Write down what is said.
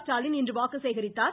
ஸ்டாலின் இன்று வாக்கு சேகரித்தார்